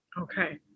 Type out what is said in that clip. Okay